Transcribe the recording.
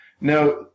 Now